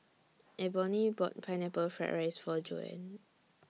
Eboni bought Pineapple Fried Rice For Joann